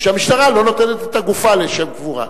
ושהמשטרה לא נותנת את הגופה לשם קבורה.